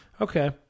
Okay